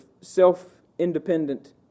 self-independent